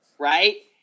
Right